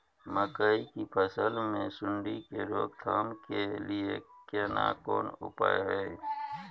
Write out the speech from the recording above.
मकई की फसल मे सुंडी के रोक थाम के लिये केना कोन उपाय हय?